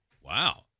Wow